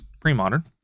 pre-modern